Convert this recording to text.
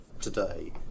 today